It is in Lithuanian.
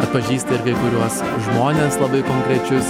atpažįsta ir kai kuriuos žmones labai konkrečius